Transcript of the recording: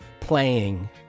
playing